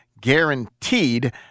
guaranteed